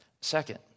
Second